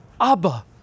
Abba